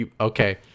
Okay